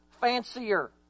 fancier